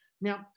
Now